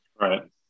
Right